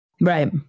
right